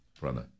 brother